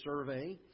survey